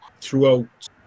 throughout